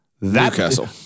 Newcastle